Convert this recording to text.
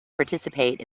participate